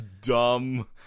dumb